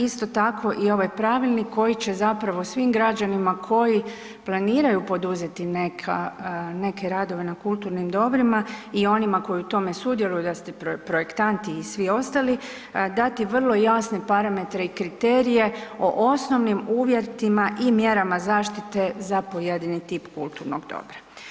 Isto tako i ovaj pravilnik koji će zapravo svim građanima koji planiraju poduzeti neka, neke radove na kulturnim dobrima i onima koji u tome sudjeluju, da ste projektant i svi ostali, dati vrlo jasne parametre i kriterije o osnovnim uvjetima i mjerama zaštite za pojedini tip kulturnog dobra.